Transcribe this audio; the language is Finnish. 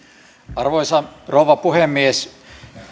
arvoisa rouva puhemies